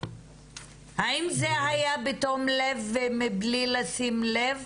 האם זה היה בתום לב מבלי לשים לב